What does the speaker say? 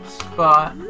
spot